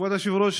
כבוד היושב-ראש,